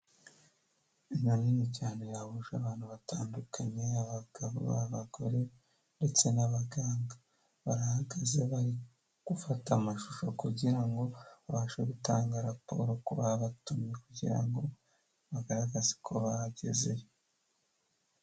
Inzu nini cyane yahuje abantu batandukanye abagabo n'abagore ndetse n'abaganga barahagaze bari gufata amashusho kugira ngo babashe gutanga raporo ku babatumye kugira ngo bagaragaze ko bagezeyo.